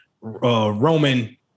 Roman